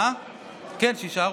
כן, שיישארו.